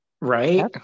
Right